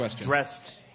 dressed